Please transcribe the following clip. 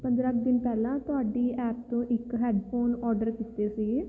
ਪੰਦਰ੍ਹਾਂ ਕੁ ਦਿਨ ਪਹਿਲਾਂ ਤੁਹਾਡੀ ਐਪ ਤੋਂ ਇੱਕ ਹੈਡਫੋਨ ਔਰਡਰ ਕੀਤੇ ਸੀਗੇ